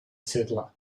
settler